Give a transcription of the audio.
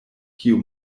kiu